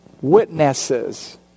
witnesses